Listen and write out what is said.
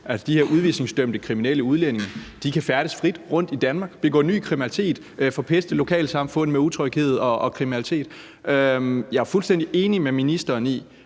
de her udvisningsdømte kriminelle udlændinge kan færdes frit rundt i Danmark, begå ny kriminalitet og forpeste lokalsamfundet med utryghed og kriminalitet. Jeg er fuldstændig enig med ministeren i,